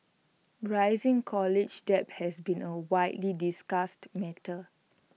rising college debt has been A widely discussed matter